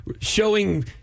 showing